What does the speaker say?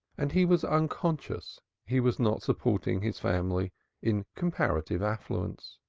and he was unconscious he was not supporting his family in comparative affluence.